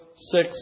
six